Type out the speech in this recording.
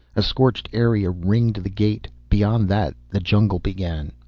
a scorched area ringed the gate, beyond that the jungle began.